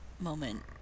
moment